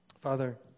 Father